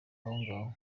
ahongaho